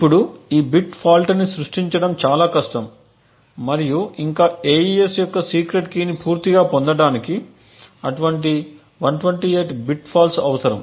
ఇప్పుడు ఈ బిట్ ఫాల్ట్ని సృష్టించడం చాలా కష్టం మరియు ఇంకా AES యొక్క సీక్రెట్ కీని పూర్తిగా పొందటానికి అటువంటి 128 బిట్ ఫాల్ట్స్ అవసరం